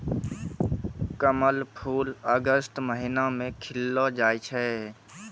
कमल फूल अगस्त महीना मे खिललो जाय छै